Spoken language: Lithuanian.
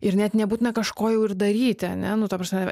ir net nebūtina kažko jau ir daryti ane nu ta prasme